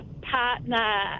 partner